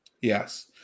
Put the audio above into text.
Yes